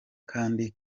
kandi